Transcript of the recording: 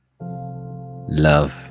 Love